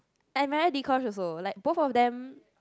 I admire Dee-Kosh also like both of them